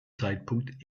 zeitpunkt